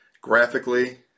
Graphically